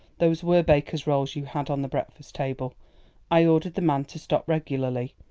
those were baker's rolls you had on the breakfast-table. i ordered the man to stop regularly.